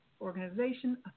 organization